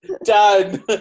done